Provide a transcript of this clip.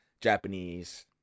Japanese